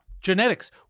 genetics